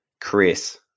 Chris